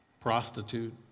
prostitute